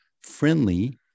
friendly